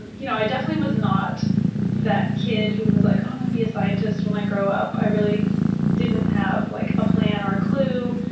you know, i definitely was not that kid who was like, oh, i'm going to be a scientist when i grow up. i really didn't have like a plan or a clue.